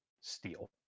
Steel